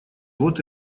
вот